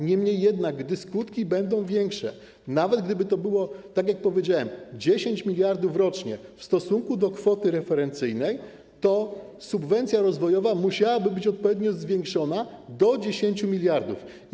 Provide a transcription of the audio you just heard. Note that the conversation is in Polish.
Niemniej jednak, gdyby skutki były większe - nawet gdyby to było, tak jak powiedziałem, 10 mld zł rocznie w stosunku do kwoty referencyjnej - to subwencja rozwojowa musiałaby być odpowiednio zwiększona do 10 mld zł.